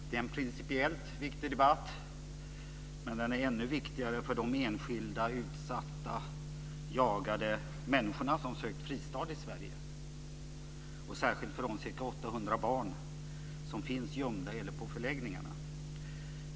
Det är en principiellt viktig debatt, men den är ännu viktigare för de enskilda utsatta och jagade människor som har sökt fristad i Sverige, särskilt för de ca 800 barn som finns gömda eller på förläggningarna.